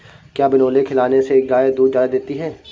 क्या बिनोले खिलाने से गाय दूध ज्यादा देती है?